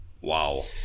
Wow